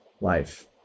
Life